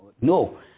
no